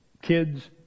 kids